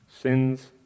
sins